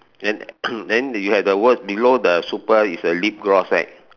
then then you have the words below the super is a lip gloss right